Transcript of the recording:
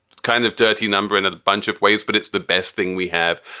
kind of dirty number in a bunch of ways, but it's the best thing we have.